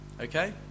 Okay